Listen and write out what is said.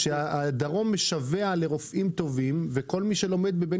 שהדרום משווע לרופאים טובים וכל מי שלומד באוניברסיטת